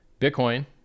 Bitcoin